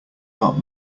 not